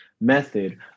method